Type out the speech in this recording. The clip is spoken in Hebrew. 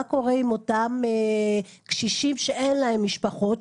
מה קורה עם אותם קשישים שאין להם משפחות,